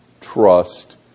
trust